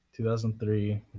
2003